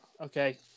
okay